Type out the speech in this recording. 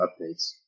updates